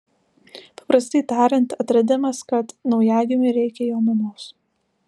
paprastai tariant atradimas kad naujagimiui reikia jo mamos